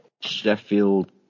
Sheffield